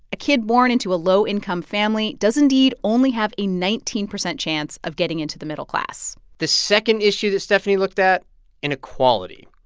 a kid born into a low-income family does indeed only have a nineteen percent chance of getting into the middle class the second issue that stefanie looked at inequality.